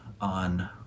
on